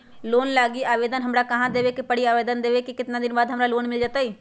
Loan लागी आवेदन हमरा कहां देवे के पड़ी और आवेदन देवे के केतना दिन बाद हमरा लोन मिल जतई?